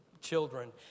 children